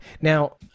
Now